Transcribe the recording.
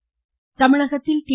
தினகரன் தமிழகத்தில் டி